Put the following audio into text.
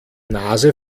nase